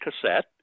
cassette